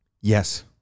Yes